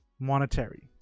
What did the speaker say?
monetary